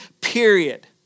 period